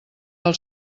del